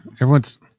everyone's